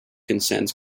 consents